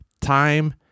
Time